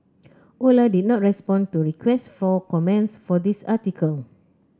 Ola did not respond to requests for comment for this article